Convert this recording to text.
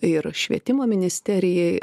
ir švietimo ministerijai